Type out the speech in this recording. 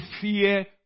fear